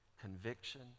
conviction